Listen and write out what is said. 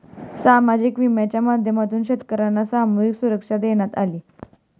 सामाजिक विम्याच्या माध्यमातून शेतकर्यांना सामूहिक सुरक्षा देण्यात आली